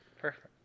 Perfect